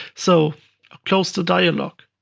so close the dialog.